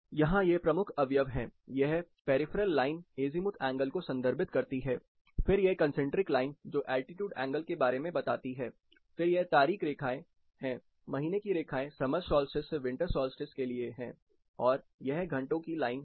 यहां पर य़े प्रमुख अवयव हैं यह पेरिफेरल लाइन एजीमूथ एंगल को संदर्भित करती है फिर यह कंसंट्रिक लाइन जो एल्टीट्यूड एंगल के बारे में बताती है फिर यह तारीख रेखाएं है महीने की रेखाएं समर सोल्स्टिस से विंटर सोल्स्टिस के लिए है और यह है घंटों की लाइन है